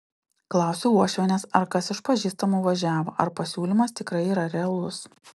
klausiu uošvienės ar kas iš pažįstamų važiavo ar pasiūlymas tikrai yra realus